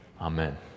Amen